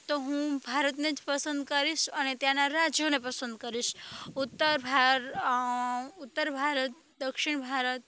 તો હું ભારતને જ પસંદ કરીશ અને ત્યાંનાં રાજ્યોને પસંદ કરીશ ઉત્તર ભાર ભારત દક્ષિણ ભારત